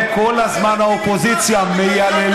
הם, האופוזיציה, כל הזמן מייללים,